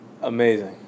amazing